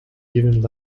giving